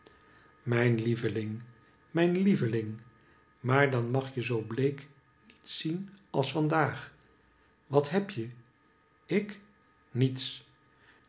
mijn lieveling mijn lieveling maar dan mag je zoo bleek niet zien als van daag wat heb je ik niets